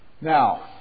Now